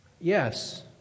Yes